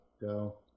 go